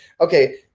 okay